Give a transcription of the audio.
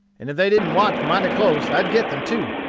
and if they didn't watch mighty close i'd get them too.